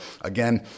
again